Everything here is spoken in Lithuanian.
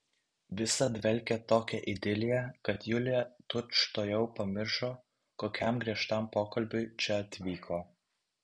visa dvelkė tokia idilija kad julija tučtuojau pamiršo kokiam griežtam pokalbiui čia atvyko